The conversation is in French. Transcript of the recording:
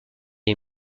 est